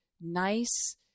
nice